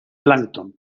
plancton